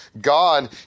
God